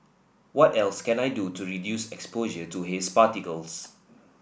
what else can I do to reduce exposure to haze particles